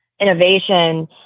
innovation